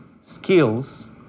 skills